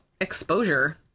exposure